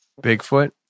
Bigfoot